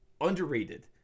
underrated